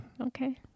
okay